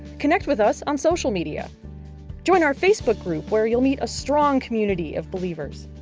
connect with us on social media join our facebook group where you'll meet a strong community of believers.